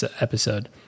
episode